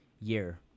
year